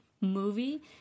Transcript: movie